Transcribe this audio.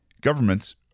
Governments